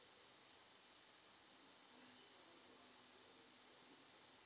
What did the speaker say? meh